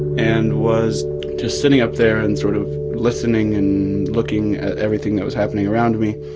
and was just sitting up there, and sort of listening and looking at everything that was happening around me.